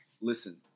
Listen